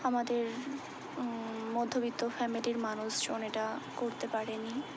আমাদের মধ্যবিত্ত ফ্যামিলির মানুষজন এটা করতে পারেনি